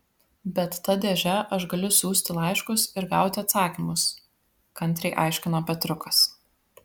bet ta dėže aš galiu siųsti laiškus ir gauti atsakymus kantriai aiškino petriukas